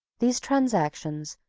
these transactions,